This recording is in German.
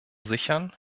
sichern